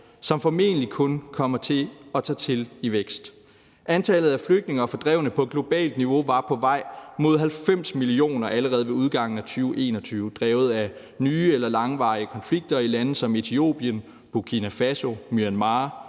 som formentlig kun kommer til at tage til i vækst. Antallet af flygtninge og fordrevne på globalt niveau var på vej mod 90 millioner allerede ved udgangen af 2021, drevet af nye eller langvarige konflikter i lande som Etiopien, Burkina Faso, Myanmar,